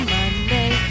Monday